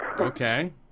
Okay